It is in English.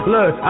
Look